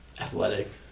Athletic